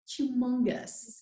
humongous